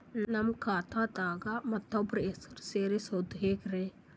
ನನ್ನ ಖಾತಾ ದಾಗ ಮತ್ತೋಬ್ರ ಹೆಸರು ಸೆರಸದು ಹೆಂಗ್ರಿ?